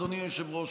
אדוני היושב-ראש,